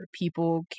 People